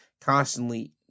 constantly